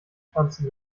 pflanzen